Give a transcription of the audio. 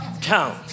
count